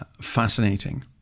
fascinating